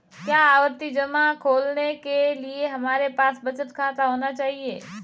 क्या आवर्ती जमा खोलने के लिए हमारे पास बचत खाता होना चाहिए?